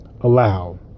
allow